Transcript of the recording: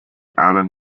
allen